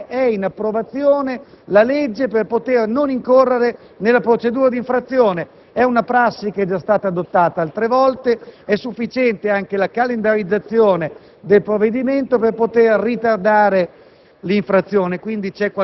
per dire: «attenzione: è in corso di approvazione la legge», per non incorrere nella procedura di infrazione; è una prassi già adottata altre volte. È sufficiente anche la calendarizzazione del provvedimento per ritardare